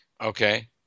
Okay